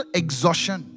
exhaustion